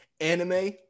Anime